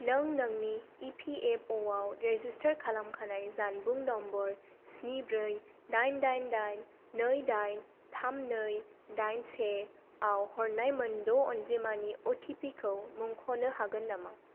नों नोंनि E P F अ आव रेजिस्टार खालामखानाय जानबुं नम्बर स्नि ब्रै दाइन दाइन दाइन नै दाइन थाम नै दाइन से आव हरनाय मोन द' अनजिमानि अ टि पि खौ मुंख'नो हागोन नामा